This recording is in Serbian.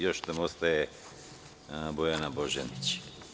Još nam ostaje Bojana Božanić.